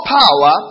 power